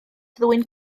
ddwyn